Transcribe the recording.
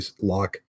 lock